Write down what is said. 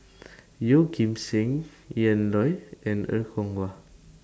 Yeoh Ghim Seng Ian Loy and Er Kwong Wah